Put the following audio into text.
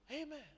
Amen